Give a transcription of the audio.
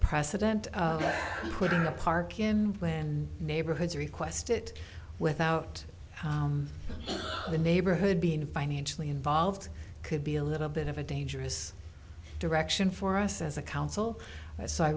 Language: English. president put on a park in when neighborhoods request it without the neighborhood being financially involved could be a little bit of a dangerous direction for us as a council so i